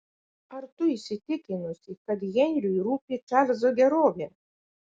ar tu įsitikinusi kad henriui rūpi čarlzo gerovė